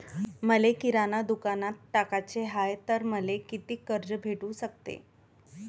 मले किराणा दुकानात टाकाचे हाय तर मले कितीक कर्ज भेटू सकते?